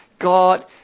God